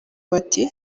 bati